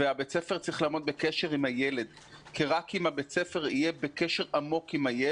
בית הספר צריך לעמוד בקשר עם הילד כי רק אם בית הספר יהיה בקשר עם הילד,